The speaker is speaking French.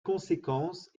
conséquence